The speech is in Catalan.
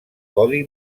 codi